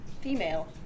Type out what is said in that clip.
female